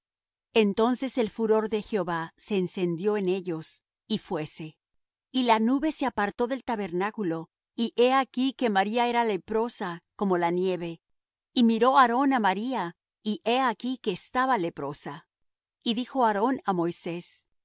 entonces el furor de jehová se encendió en ellos y fuése y la nube se apartó del tabernáculo y he aquí que maría era leprosa como la nieve y miró aarón á maría y he aquí que estaba leprosa y dijo aarón á moisés